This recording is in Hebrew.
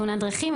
תאונת דרכים,